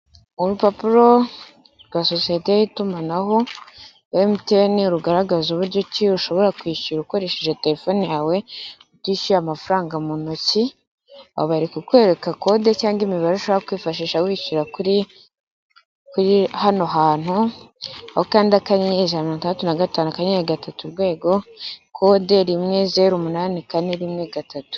Urupapuro rwa sosiyete y'itumanaho mtene rugaragaza uburyo ki ushobora kwishyura ukoresheje telefone yawe utishyuye amafaranga mu ntoki abari kukwereka kode cyangwa imibarushaho kwifashisha wishyura kuri hano hantu aho ukanda akanyenyeri ijana na mirongo tandatu na gatanu akanyari gatatu urwego kode rimwe zero umunani kane rimwe gatatu.